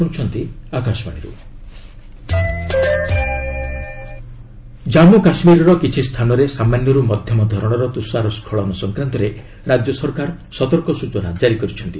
JK avalanche warning Jammu କାଶ୍ମୀରର କିଛି ସ୍ଥାନରେ ସାମାନ୍ୟରୁ ମଧ୍ୟମ ଧରଣର ତୁଷାର ସ୍କଳନ ସଂକ୍ରାନ୍ତରେ ରାଜ୍ୟ ସରକାର ସତର୍କ ସୂଚନା ଜାରି କରିଛନ୍ତି